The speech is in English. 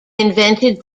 invented